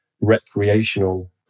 recreational